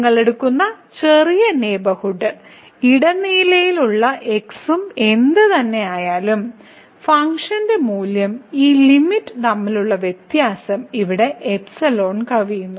നിങ്ങൾ എടുക്കുന്ന ചെറിയ നെയ്ബർഹുഡ് ഇതിനിടയിലുള്ള x ഉം എന്തുതന്നെയായാലും ഫംഗ്ഷൻ മൂല്യവും ഈ ലിമിറ്റ് തമ്മിലുള്ള വ്യത്യാസം ഇവിടെ കവിയുന്നു